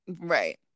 right